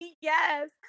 Yes